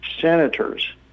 senators